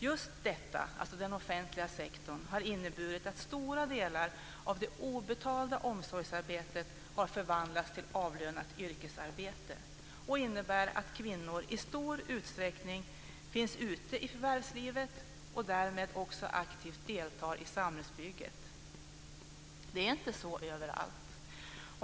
Just den offentliga sektorn har inneburit att stora delar av det obetalda omsorgsarbetet har förvandlats till avlönat yrkesarbete. Det innebär att kvinnor i stor utsträckning finns ute i förvärvslivet och därmed också aktivt deltar i samhällsbygget. Så är det inte över allt.